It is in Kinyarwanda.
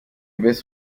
best